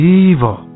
evil